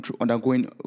undergoing